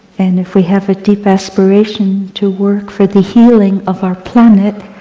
and if we have a deep aspiration to work for the healing of our planet,